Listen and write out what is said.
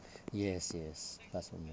yes yes pass away